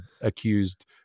accused